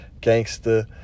gangster